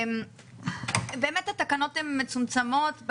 באמת התקנות הן מצומצמות,